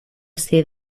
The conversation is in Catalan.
ser